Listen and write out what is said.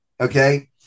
okay